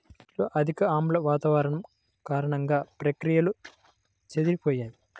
మట్టిలో అధిక ఆమ్ల వాతావరణం కారణంగా, ప్రక్రియలు చెదిరిపోతాయి